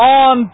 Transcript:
on